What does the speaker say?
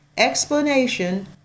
explanation